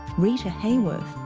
rita hayworth,